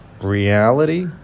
reality